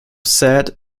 said